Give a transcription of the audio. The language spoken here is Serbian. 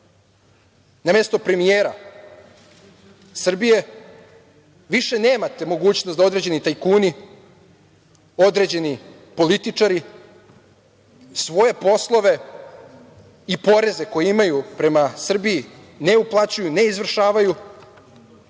na mesto premijera Srbije više nemate mogućnost da određeni tajkuni, određeni političari svoje poslove i poreze koje imaju prema Srbiji ne uplaćuju, ne izvršavaju,